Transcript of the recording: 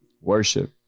worship